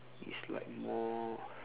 it's like more